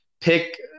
pick